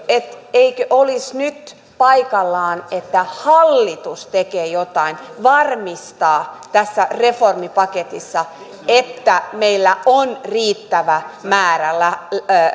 eikö olisi nyt paikallaan että hallitus tekee jotain varmistaa tässä reformipaketissa että meillä on riittävä määrä